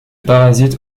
parasites